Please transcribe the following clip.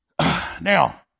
Now